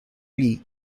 lee